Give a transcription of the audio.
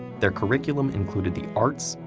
their curriculum included the arts,